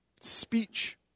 Speech